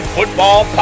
Football